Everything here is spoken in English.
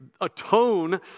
atone